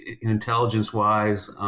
intelligence-wise